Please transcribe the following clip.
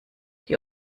die